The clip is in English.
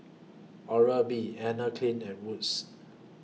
Oral B Anne Klein and Wood's